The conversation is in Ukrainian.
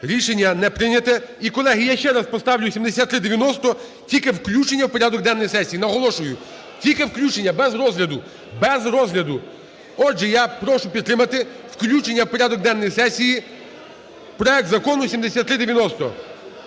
Рішення не прийняте. І, колеги, я ще раз поставлю 7390, тільки включення у порядок денний сесії, наголошую, тільки включення, без розгляду, без розгляду. Отже, я прошу підтримати включення в порядок денний сесії проект закону 7390,